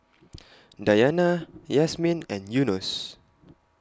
Dayana Yasmin and Yunos